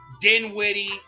Dinwiddie